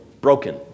broken